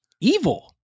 evil